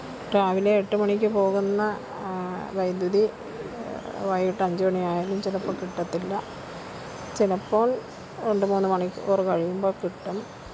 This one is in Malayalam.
രാവിലെ എട്ട് മണിക്ക് പോകുന്ന വൈദ്യുതി വൈകിയിട്ടഞ്ച് മണി ആയാലും ചിലപ്പം കിട്ടത്തില്ല ചിലപ്പോള് രണ്ട് മൂന്ന് മണിക്കൂർ കഴിയുമ്പം കിട്ടും